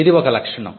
ఇది ఒక లక్షణం